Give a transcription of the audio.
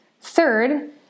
Third